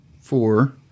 four